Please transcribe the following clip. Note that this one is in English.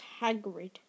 Hagrid